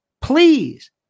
Please